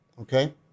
okay